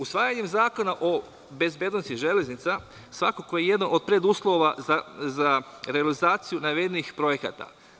Usvajanjem Zakona o bezbednosti železnica svakako je jedan od preduslova za realizaciju navedenih projekata.